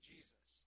Jesus